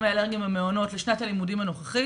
האלרגיים במעונות לשנת הלימודים הנוכחית.